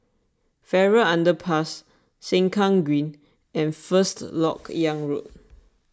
Farrer Underpass Sengkang Green and First Lok Yang Road